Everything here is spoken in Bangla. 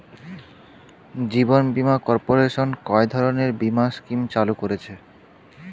জীবন বীমা কর্পোরেশন কয় ধরনের বীমা স্কিম চালু করেছে?